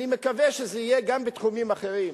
אני מקווה שזה יהיה גם בתחומים אחרים.